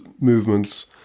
movements